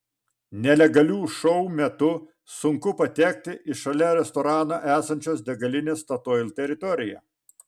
nelegalių šou metu sunku patekti į šalia restorano esančios degalinės statoil teritoriją